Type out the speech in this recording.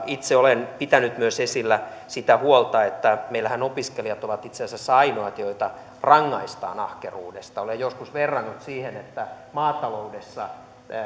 itse olen pitänyt myös esillä sitä huolta että meillähän opiskelijat ovat itse asiassa ainoat joita rangaistaan ahkeruudesta olen joskus verrannut siihen että maataloudessa